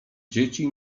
dzieci